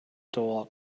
door